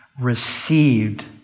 received